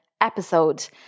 episode